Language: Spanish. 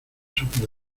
sobre